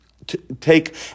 Take